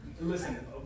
Listen